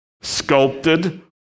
sculpted